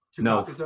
No